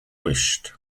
wished